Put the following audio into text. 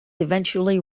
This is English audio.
eventually